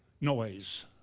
noise